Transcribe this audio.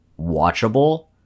watchable